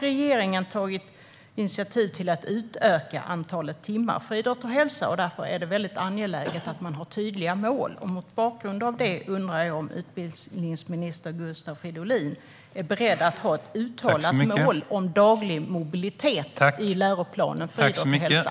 Regeringen har tagit initiativ till att utöka antalet timmar för idrott och hälsa, och därför är det angeläget att man har tydliga mål. Mot bakgrund av det undrar jag om utbildningsminister Gustav Fridolin är beredd att ha ett uttalat mål om daglig mobilitet i läroplanen för idrott och hälsa.